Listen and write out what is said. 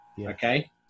okay